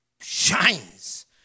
shines